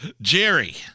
Jerry